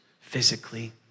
physically